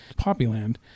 Poppyland